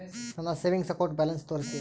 ನನ್ನ savings account balance ತೋರಿಸಿ?